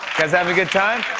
guys having a good time?